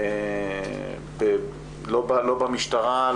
לא במשטרה,